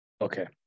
Okay